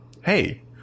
Hey